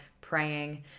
praying